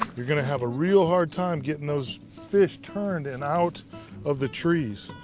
you're gonna have a real hard time getting those fish turned and out of the trees.